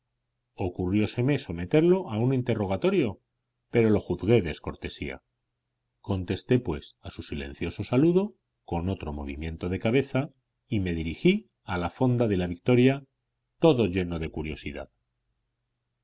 mi atención ocurrióseme someterlo a un interrogatorio pero lo juzgué descortesía contesté pues a su silencioso saludo con otro movimiento de cabeza y me dirigí a la fonda de la victoria todo lleno de curiosidad